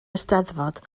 eisteddfod